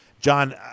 John